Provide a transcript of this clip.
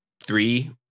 three